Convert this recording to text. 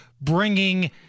bringing